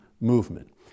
movement